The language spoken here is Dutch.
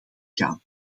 gaan